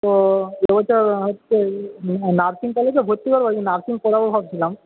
তো ও তো হচ্ছে নার্সিং কলেজে ভর্তি হবে বলছে নার্সিং পড়াব ভাবছিলাম